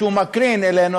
שהוא מקרין אלינו,